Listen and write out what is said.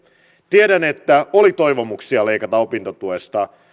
tiedän että oli toivomuksia leikata opintotuesta